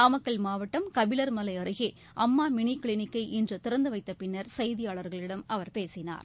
நாமக்கல் மாவட்டம் கபிலர் மலை அருகே அம்மா மினி கிளினிக்கை இன்று திறந்து வைத்தப் பின்னர் செய்தியாளர்களிடம் அவர் பேசினார்